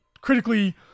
critically